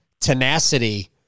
tenacity